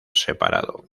separado